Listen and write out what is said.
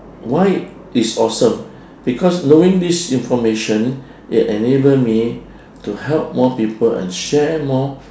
why it's awesome because knowing this information it enable me to help more people and share more